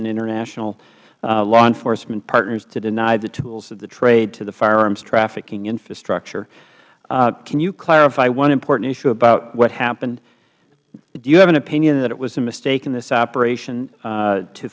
and international law enforcement partners to deny the tools of the trade to the firearmstrafficking infrastructure can you clarify one important issue about what happened do you have an opinion that it was a mistake in this operation